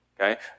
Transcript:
Okay